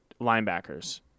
linebackers